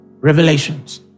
Revelations